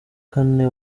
kane